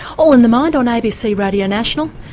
all in the mind on abc radio national,